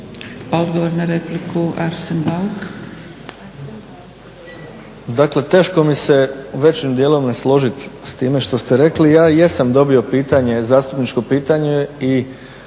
Odgovor na repliku, Arsen Bauk.